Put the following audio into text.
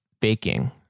baking